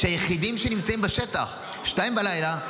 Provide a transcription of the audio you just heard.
היחידים שנמצאים בשטח ב-02:00,